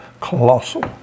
colossal